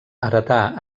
heretà